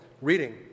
reading